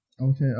Okay